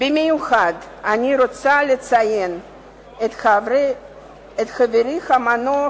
במיוחד אני רוצה לציין את חברי המנוח,